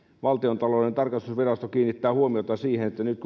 valtiontalouden tarkastusvirasto kiinnittää huomiota siihen että nyt